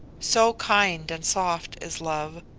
so kind and soft is love,